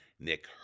Nick